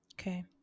Okay